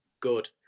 good